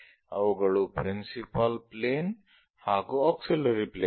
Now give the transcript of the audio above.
ಅವುಗಳು principal plane ಹಾಗೂ auxiliary plane ಗಳು